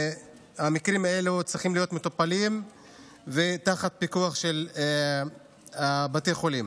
המקרים האלה צריכים להיות מטופלים ותחת פיקוח של בתי החולים.